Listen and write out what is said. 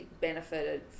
benefited